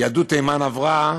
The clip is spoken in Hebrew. יהדות תימן עברה